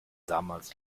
damals